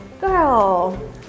girl